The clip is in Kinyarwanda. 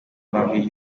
mabi